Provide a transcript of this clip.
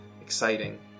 exciting